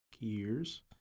gears